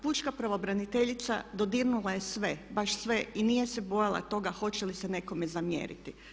Pučka pravobraniteljica dodirnula je sve, baš sve i nije se bojala toga hoće li se nekome zamjeriti.